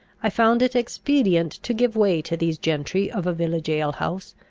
i found it expedient to give way to these gentry of a village alehouse,